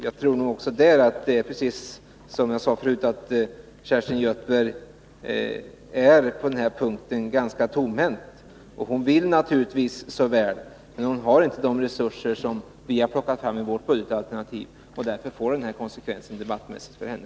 Jag tror att det, som jag sade förut, är så att Kerstin Göthberg på denna punkt är ganska tomhänt. Hon vill så väl, men hon har inte de resurser som vi har plockat fram i vårt budgetalternativ. Därför blir det denna konsekvens debattmässigt för henne.